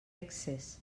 excés